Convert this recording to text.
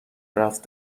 رفت